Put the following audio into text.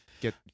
get